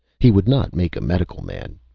he would not make a medical man!